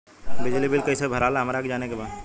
बिजली बिल कईसे भराला हमरा के जाने के बा?